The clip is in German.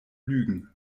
lügen